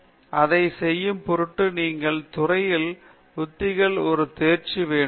எனவே அதை செய்ய பொருட்டு நீங்கள் துறையில் உத்திகள் ஒரு தேர்ச்சி வேண்டும்